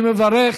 אני מברך